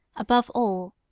above all,